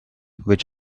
which